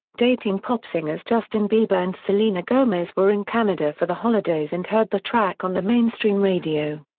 dating pop singers justin bieber and selena gomez were in canada for the holidays and heard the track on the mainstream radio.